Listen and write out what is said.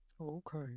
okay